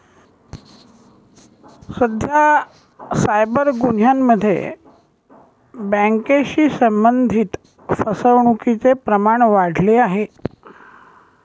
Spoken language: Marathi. सध्या सायबर गुन्ह्यांमध्ये बँकेशी संबंधित फसवणुकीचे प्रमाण वाढले आहे